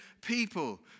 people